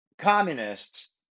communists